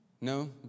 No